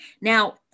Now